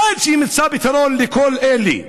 עד שנמצא פתרון לכל אלה,